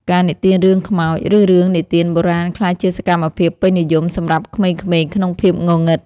ការនិទានរឿងខ្មោច ឬរឿងនិទានបុរាណ ក្លាយជាសកម្មភាពពេញនិយមសម្រាប់ក្មេងៗក្នុងភាពងងឹត។